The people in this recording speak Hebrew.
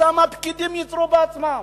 אותם הפקידים ייצרו בעצמם.